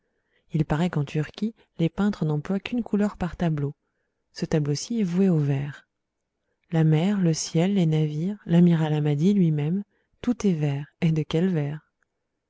il paraît qu'en turquie les peintres n'emploient qu'une couleur par tableau ce tableau ci est voué au vert la mer le ciel les navires l'amiral hamadi lui-même tout est vert et de quel vert